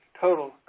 total